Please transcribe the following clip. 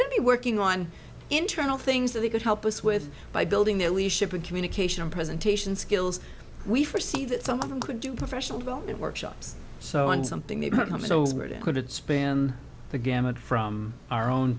be working on internal things that they could help us with by building their leadership and communication and presentation skills we first see that some of them could do professional go in workshops so on something they couldn't spin the gamut from our own